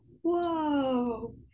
whoa